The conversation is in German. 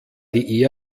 die